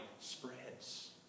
spreads